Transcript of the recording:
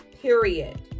Period